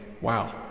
wow